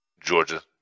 Georgia